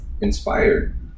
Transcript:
inspired